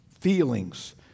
feelings